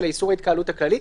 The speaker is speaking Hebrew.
איסור התקהלות כללי,